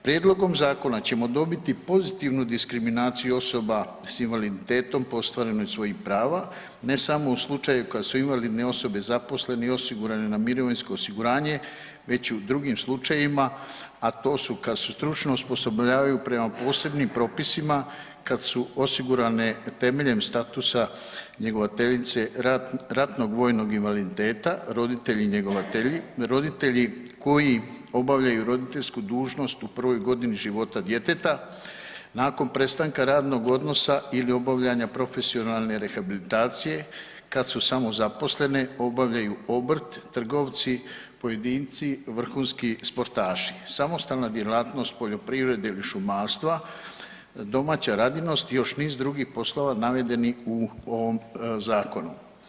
Prijedlogom zakona ćemo dobiti pozitivnu diskriminaciju osoba s invaliditetom po ostvarenju svojih prava ne samo u slučaju kad su invalidne osobe zaposlene i osigurane na mirovinsko osiguranje već i u drugim slučajevima, a to su kad se stručno osposobljavaju prema posebnim propisima, kad su osigurane temeljem statusa njegovateljice, ratnog vojnog invaliditeta, roditelji koji obavljaju roditeljsku dužnost u prvoj godini života djeteta, nakon prestanka radnog odnosa ili obavljanja profesionalne rehabilitacije kad su samozaposlene, obavljaju obrt, trgovci, pojedinci, vrhunski sportaši, samostalna djelatnost poljoprivrede ili šumarstva, domaća radinost i još niz drugih poslova navedeni u ovom Zakonu.